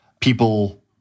people